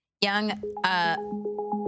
Young